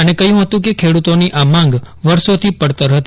અને કહયું હતું કે ખેડૂતોની આ માંગ વર્ષોથી પક્તર હતી